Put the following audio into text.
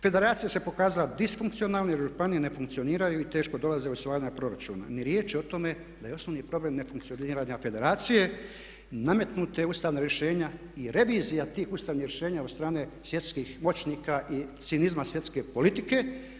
Federacija se pokazala disfunkcionalna jer županije ne funkcioniraju i teško dolaze usvajanja proračuna.“ Ni riječi o tome da je osnovni problem nefunkcioniranja federacije nametnuta ustavna rješenja i revizija tih ustavnih rješenja od strane svjetskih moćnika i cinizma svjetske politike.